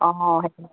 অঁ